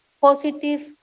positive